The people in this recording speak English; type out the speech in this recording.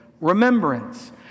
Remembrance